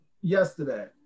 yesterday